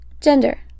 Gender